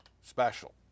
special